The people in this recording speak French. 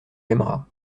aimeras